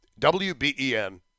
WBEN